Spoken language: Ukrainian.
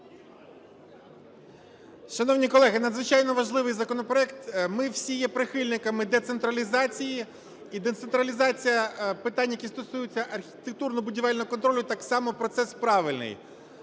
Шановні колеги, надзвичайно важливий законопроект. Ми всі є прихильниками децентралізації. І децентралізація питань, які стосуються архітектурно-будівельного контролю, так само процес правильний.